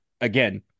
again